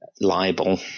libel